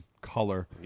color